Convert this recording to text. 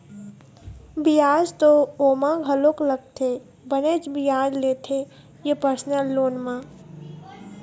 बियाज तो ओमा घलोक लगथे बनेच बियाज लेथे ये परसनल लोन म